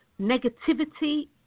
Negativity